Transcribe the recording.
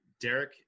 Derek